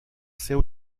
seu